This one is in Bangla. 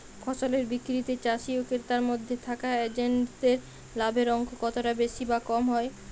ফসলের বিক্রিতে চাষী ও ক্রেতার মধ্যে থাকা এজেন্টদের লাভের অঙ্ক কতটা বেশি বা কম হয়?